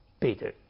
Peter